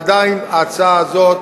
עדיין ההצעה הזאת,